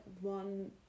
one